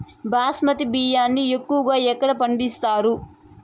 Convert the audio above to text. బాస్మతి బియ్యాన్ని ఎక్కువగా ఎక్కడ పండిస్తారు?